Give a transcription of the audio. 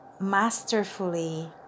masterfully